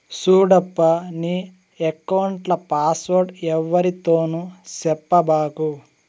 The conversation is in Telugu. సూడప్పా, నీ ఎక్కౌంట్ల పాస్వర్డ్ ఎవ్వరితోనూ సెప్పబాకు